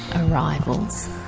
arrivals.